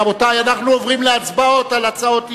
רבותי, אנחנו עוברים להצבעות על הצעות האי-אמון.